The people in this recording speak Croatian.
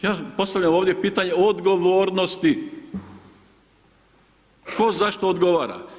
Ja postavljam ovdje pitanje odgovornosti, tko zašto odgovara?